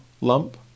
lump